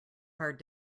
hard